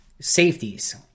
safeties